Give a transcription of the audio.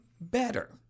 better